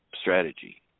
strategy